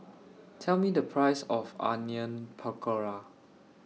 Tell Me The Price of Onion Pakora